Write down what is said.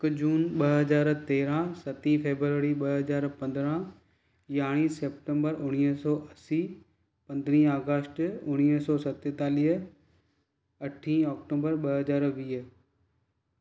हिकु जून ॿ हज़ार तेरहं सती फेबररी ॿ हज़ार पंद्रहं यारहीं सेप्तेंबर उणिवींह सौ असी पंद्रहीं अगस्त उणिवीह सौ सतेतालीह अठी अक्टूबर ॿ हज़ार वीह